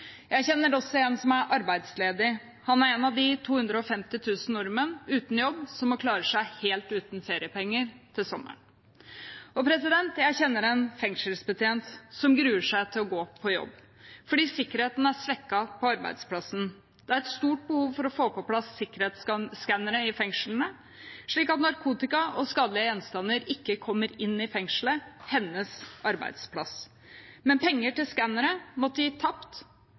Jeg kjenner også en som er arbeidsledig. Han er en av de 250 000 nordmenn uten jobb som må klare seg helt uten feriepenger til sommeren. Og jeg kjenner en fengselsbetjent som gruer seg til å gå på jobb fordi sikkerheten er svekket på arbeidsplassen. Det er et stort behov for å få på plass sikkerhetsskannere i fengslene, slik at narkotika og skadelige gjenstander ikke kommer inn i fengselet – det er hennes arbeidsplass. Men penger til skannere måtte gi